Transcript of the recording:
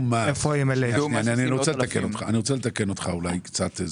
(היו"ר יצחק פינדרוס) אני רוצה לתקן אותך קצת.